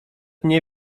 nie